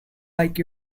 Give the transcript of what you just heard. like